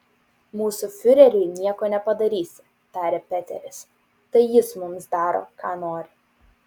mūsų fiureriui nieko nepadarysi tarė peteris tai jis mums daro ką nori